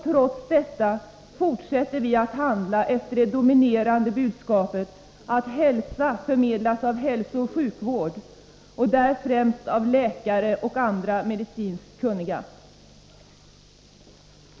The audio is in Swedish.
Trots detta fortsätter vi att handla enligt det dominerande budskapet att hälsa förmedlas av hälsooch sjukvård, och då främst av läkare och andra medicinskt kunniga.